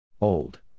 Old